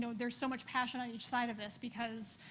so there's so much passion on each side of this because,